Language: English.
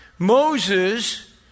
Moses